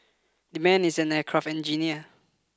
the man is an aircraft engineer